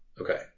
Okay